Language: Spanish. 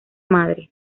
madre